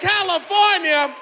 California